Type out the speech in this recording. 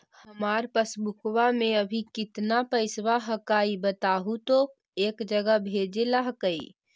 हमार पासबुकवा में अभी कितना पैसावा हक्काई बताहु तो एक जगह भेजेला हक्कई?